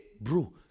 bro